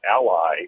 ally